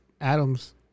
Adams